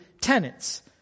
tenants